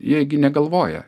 jie gi negalvoja